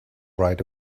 right